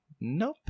Nope